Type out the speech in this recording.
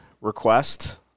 request